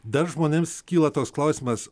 dar žmonėms kyla toks klausimas